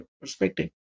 perspective